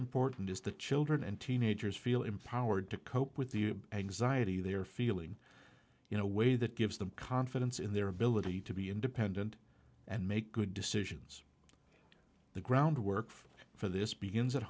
important is the children and teenagers feel empowered to cope with the anxiety they are feeling you know way that gives them confidence in their ability to be independent and make good decisions the groundwork for this begins at